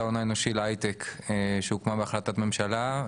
ההון האנושי להייטק שהוקמה בהחלטת ממשלה,